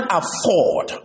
afford